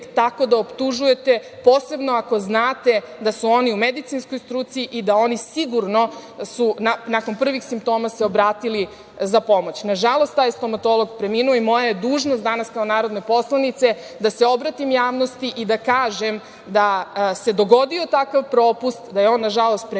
tako da optužujete, posebno ako znate da su oni u medicinskoj struci i da su se oni sigurno, nakon prvih simptoma, obratili za pomoć. Nažalost, taj stomatolog je preminuo i moja je dužnost danas kao narodne poslanice da se obratim javnosti i da kažem da se dogodio takav propust da je on, nažalost, preminuo,